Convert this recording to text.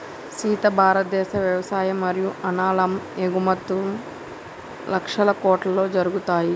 సీత భారతదేశ వ్యవసాయ మరియు అనాలం ఎగుమతుం లక్షల కోట్లలో జరుగుతాయి